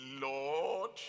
lord